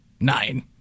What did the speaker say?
nine